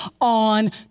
on